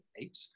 eight